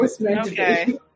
okay